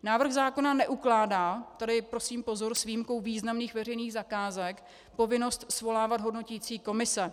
Návrh zákona neukládá tady prosím pozor, s výjimkou významných veřejných zakázek povinnost svolávat hodnoticí komise.